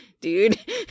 dude